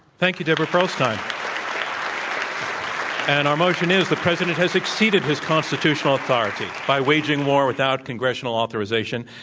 thank you, deborah pearlstein. um and our motion is, the president has exceeded his constitutional authority by waging war without congressional authorization.